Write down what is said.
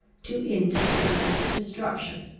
to indiscriminate destruction.